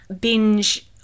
binge